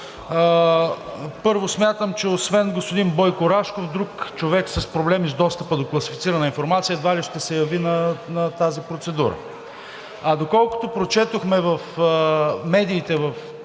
първо, смятам, че освен господин Бойко Рашков, друг човек с проблеми с достъпа до класифицирана информация едва ли ще се яви на тази процедура. А доколкото прочетохме в медиите